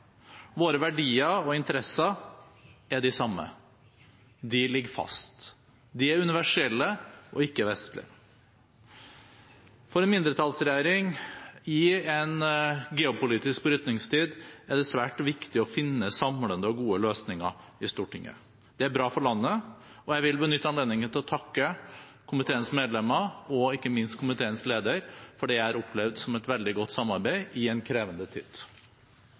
Våre verdier og interesser er de samme. De ligger fast. De er universelle og ikke vestlige. For en mindretallsregjering i en geopolitisk brytningstid er det svært viktig å finne samlende og gode løsninger i Stortinget. Det er bra for landet. Jeg vil benytte anledningen til å takke komiteens medlemmer, og ikke minst komiteens leder, for det jeg har opplevd som et veldig godt samarbeid i en krevende tid.